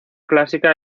clásica